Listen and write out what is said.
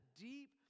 deep